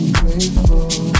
grateful